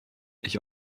ich